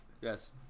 Yes